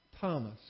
Thomas